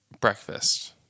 breakfast